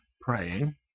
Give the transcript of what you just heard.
praying